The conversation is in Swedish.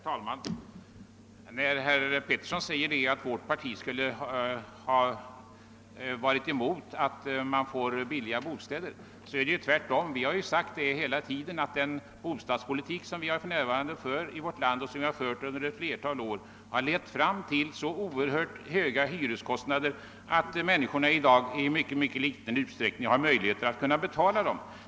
Herr talman! Herr Pettersson i Lund säger att vårt parti skulle ha någonting emot att vi får billigare bostäder, men det är ju precis tvärtom. Vi har hela tiden hävdat att den bostadspolitik, som för närvarande förs i vårt land och som har förts under ett flertal år, har lett till så oerhört höga hyreskostnader att människorna i dag i ytterst ringa utsträckning har möjlighet att betala dem.